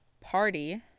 party